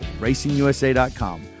racingusa.com